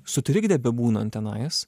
sutrikdė bebūnant tenais